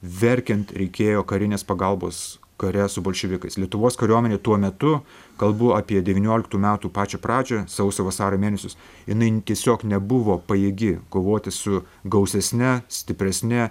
verkiant reikėjo karinės pagalbos kare su bolševikais lietuvos kariuomenė tuo metu kalbu apie devynioliktų metų pačią pradžią sausio vasario mėnesius jinai tiesiog nebuvo pajėgi kovoti su gausesne stipresne